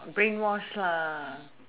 brainwash lah